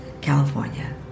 California